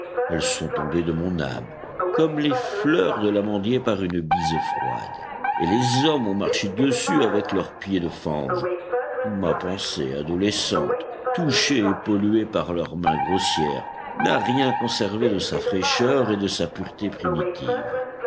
elles sont tombées de mon âme comme les fleurs de l'amandier par une bise froide et les hommes ont marché dessus avec leurs pieds de fange ma pensée adolescente touchée et polluée par leurs mains grossières n'a rien conservé de sa fraîcheur et de sa pureté primitives